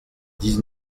dix